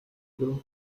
though